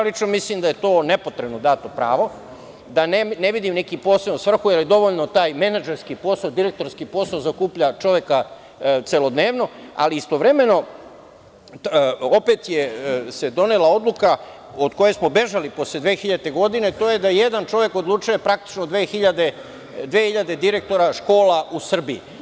Lično mislim da je to nepotrebno dato pravo, da ne vidim neku posebnu svrhu, jer je dovoljan taj menadžerski posao, direktorski posao zaokuplja čoveka celodnevno, ali istovremeno opet se donela odluka od koje smo bežali posle 2000. godine, to je da jedan čovek odlučuje praktično o 2.000 direktora, škola u Srbiji.